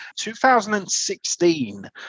2016